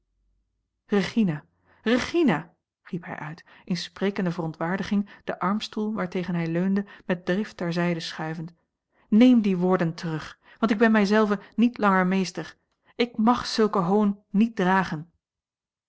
regina riep hij uit in sprekende verontwaardiging den armstoel waartegen hij leunde met drift ter zijde schuivend neem die woorden terug want ik ben mij zelven niet langer meester ik mag zulken hoon niet dragen